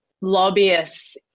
lobbyists